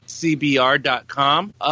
CBR.com